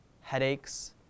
headaches